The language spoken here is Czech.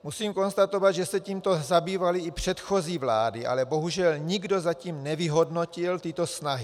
Musím konstatovat, že se tímto zabývaly i předchozí vlády, ale bohužel nikdo zatím nevyhodnotil tyto snahy.